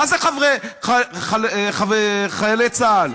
מה זה חיילי צה"ל?